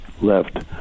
left